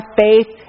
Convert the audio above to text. faith